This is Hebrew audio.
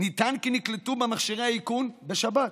נטען כי נקלטו במכשירי האיכון בשבת.